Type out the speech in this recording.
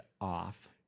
off